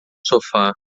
sofá